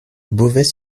beauvais